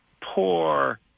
poor